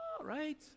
Right